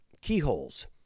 keyholes